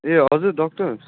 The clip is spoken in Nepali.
ए हजुर डक्टर